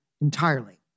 entirely